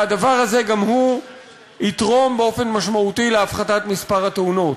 והדבר הזה גם הוא יתרום באופן משמעותי להפחתת מספר התאונות.